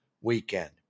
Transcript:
weekend